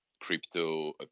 crypto